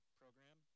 program